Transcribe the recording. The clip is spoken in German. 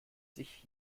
sich